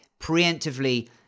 preemptively